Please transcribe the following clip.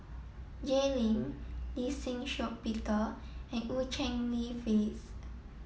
Jay Lim Lee Shih Shiong Peter and Eu Cheng Li Phyllis